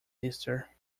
esther